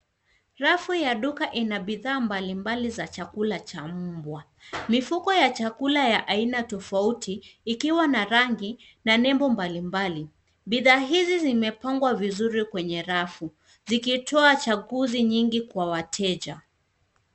Rafu ya duka ina bidhaa mbalimbali za chakula cha mbwa. Mifuko ya chakula ya aina tofauti, ikiwa na rangi na nebo mbali mbali. Bidhaa hizi zimepangwa vizuri kwenye rafu, zikitoa chaguzi nyingi kwa wateja.